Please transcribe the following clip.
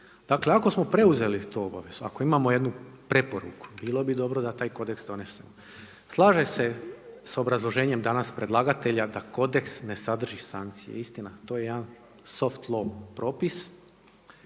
Dakle ako smo preuzeli tu obavezu, ako imamo jednu preporuku bilo bi dobro da taj kodeks donesemo. Slažem se s obrazloženjem danas predlagatelja da kodeks ne sadrži sankcije. Istina to je jedan soft low propis.